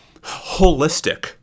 holistic